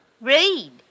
Read